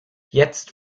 jetzt